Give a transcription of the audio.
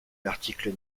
l’article